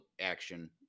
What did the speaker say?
action